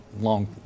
long